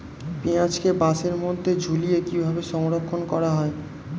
পেঁয়াজকে বাসের মধ্যে ঝুলিয়ে কিভাবে সংরক্ষণ করা হয়?